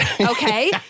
Okay